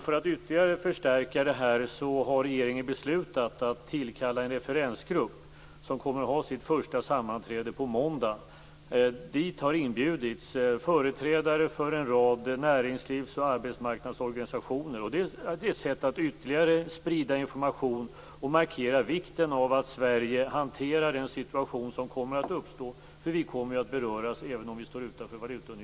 För att ytterligare förstärka det här har regeringen beslutat att införa en referensgrupp, som kommer att ha sitt första sammanträde på måndag. Dit har inbjudits företrädare för en rad näringslivs och arbetsmarknadsorganisationer. Det är ett sätt att ytterligare sprida information och markera vikten av att Sverige hanterar den situation som kommer att uppstå. Vi kommer ju att beröras även om vi står utanför valutaunionen.